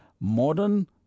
modern